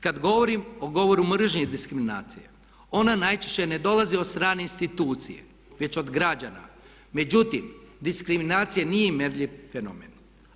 Kada govorim o govoru mržnje i diskriminacije ona najčešće ne dolazi od strane institucije već od građana međutim diskriminacija nije mjerljiv fenomen.